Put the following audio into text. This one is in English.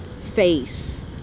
face